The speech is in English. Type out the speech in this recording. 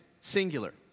Singular